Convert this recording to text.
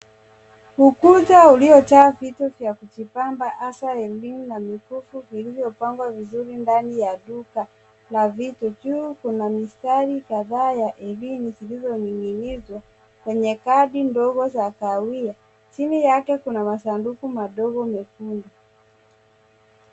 Ukuta uliojaa vitu vya kujipamba hasa herini na mikufu viliyopangwa vizuri ndani ya duka la vitu. Juu kuna mistari kadhaa ya herini zilizoning'inizwa kwenye kadi ndogo za kahawia. Chini yake kuna masanduku madogo mekundu.